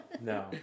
No